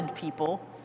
people